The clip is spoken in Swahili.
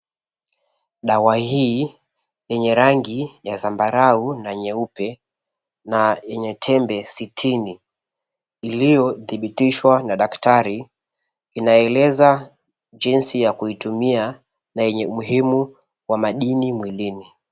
Dawa hii yenye rangi ya zambarau na nyeupe na yenye tembe sitini iliyodhibitishwa na daktari, inaeleza jinsi ya kuitumia na yenye umuhimu wa madini mwilini.